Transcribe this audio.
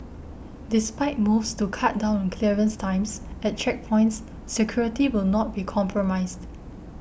despite moves to cut down on clearance times at checkpoints security will not be compromised